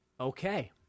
Okay